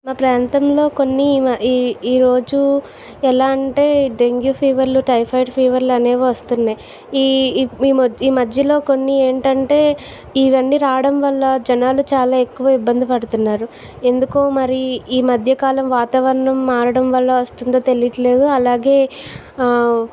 మా ప్రాంతంలో కొన్ని ఈ ఈరోజు ఎలా అంటే డెంగ్యూ ఫీవర్లు టైఫాయిడ్ ఫీవర్లు అనేవి వస్తున్నాయి ఈ ఈ ఈ మధ్యలో కొన్ని ఏంటంటే ఇవన్నీ రావడం వల్ల జనాలు చాలా ఎక్కువ ఇబ్బంది పడుతున్నారు ఎందుకో మరి ఈ మధ్యకాలం వాతావరణం మారడం వల్ల వస్తుందో తెలియట్లేదు అలాగే ఆ